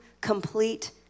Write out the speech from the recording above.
complete